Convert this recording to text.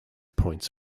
points